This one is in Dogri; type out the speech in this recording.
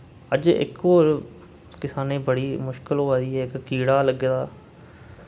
अज्ज इक होर किसानें बड़ी मुश्कल होआ दी ऐ इक कीड़ा लग्गे दा